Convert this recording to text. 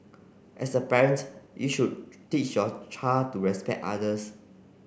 as a parent you should teach your child to respect others